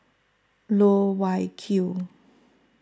Loh Wai Kiew